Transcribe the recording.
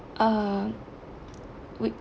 uh we